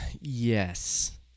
Yes